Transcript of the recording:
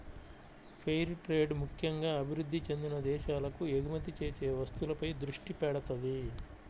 fair trade ముక్కెంగా అభివృద్ధి చెందిన దేశాలకు ఎగుమతి చేసే వస్తువులపై దృష్టి పెడతది